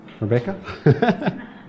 Rebecca